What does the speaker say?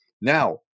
Now